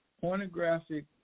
pornographic